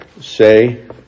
say